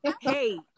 Hey